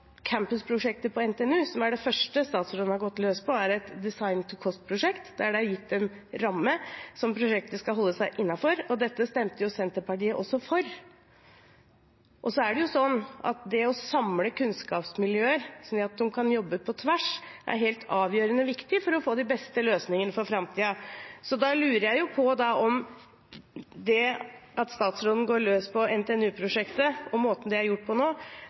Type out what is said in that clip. campusprosjektet på NTNU, som er det første statsråden har gått løs på, er et «design-to-cost»-prosjekt, det er gitt en ramme som prosjektet skal holde seg innenfor. Dette stemte jo Senterpartiet også for. Og så er det sånn at det å samle kunnskapsmiljøer ved at de kan jobbe på tvers, er helt avgjørende viktig for å få de beste løsningene for framtiden. Da lurer jeg på om det at statsråden går løs på NTNU-prosjektet, og måten det er gjort på nå,